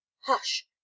hush